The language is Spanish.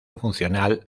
funcional